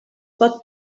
pot